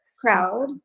crowd